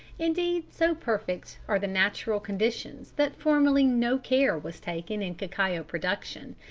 indeed so perfect are the natural conditions that formerly no care was taken in cacao production,